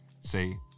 Say